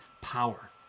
power